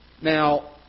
Now